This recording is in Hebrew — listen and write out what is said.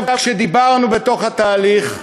כשדיברנו בזמן התהליך,